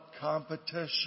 competition